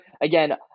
again